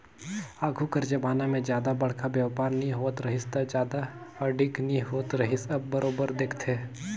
आघु कर जमाना में जादा बड़खा बयपार नी होवत रहिस ता जादा आडिट नी होत रिहिस अब बरोबर देखथे